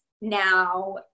now